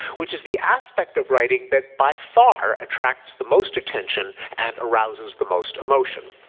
which is the aspect of writing that by far attracts the most attention and arouses the most emotion.